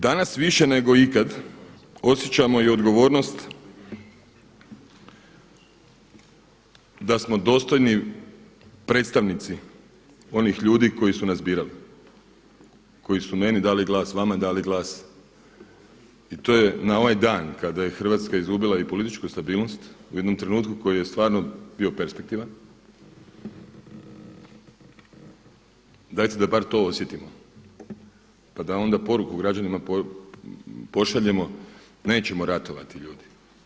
Danas više nego ikad osjećamo i odgovornost da smo dostojni predstavnici onih ljudi koji su nas birali, koji su meni dali glas, vama dali glas i to je na ovaj dan kada je Hrvatska izgubila i političku stabilnost u jednom trenutku koji je stvarno bio perspektivan dajte da bar to osjetimo, pa da onda poruku građanima pošaljemo nećemo ratovati ljudi.